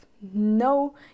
no